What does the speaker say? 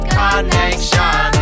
connection